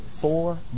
Four